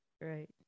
right